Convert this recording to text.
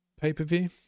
pay-per-view